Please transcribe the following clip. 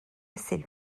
assez